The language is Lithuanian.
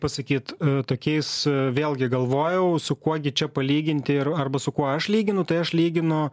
pasakyt tokiais vėlgi galvojau su kuo gi čia palyginti ir arba su kuo aš lyginu tai aš lyginu